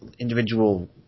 individual